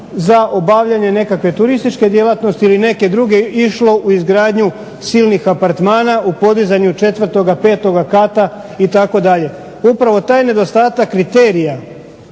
za obavljanje nekakve turističke djelatnosti ili neke druge išlo u izgradnju silnih apartmana u podizanju četvrtoga, petoga kata itd. Upravo taj nedostatak kriterija